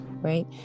right